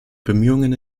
bemühungen